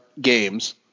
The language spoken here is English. games